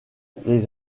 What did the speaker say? les